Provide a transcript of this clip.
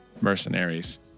Mercenaries